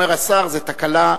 אומר השר: זו תקלה.